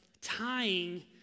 tying